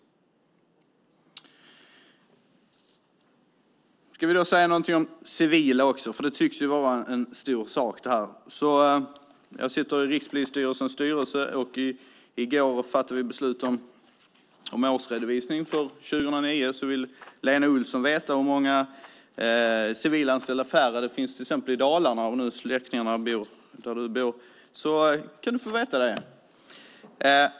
Ska vi säga någonting om civilanställda också? Det tycks vara en stor sak. Jag sitter i Rikspolisstyrelsens styrelse. I går fattade vi beslut om årsredovisningen för 2009. Vill till exempel Lena Olsson veta hur många färre civilanställda det finns i Dalarna, där hon bor, kan hon få veta det.